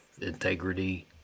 integrity